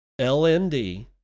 LND